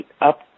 up